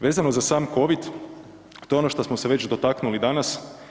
Vezano za sam Covid, to je ono što smo se već dotaknuli danas.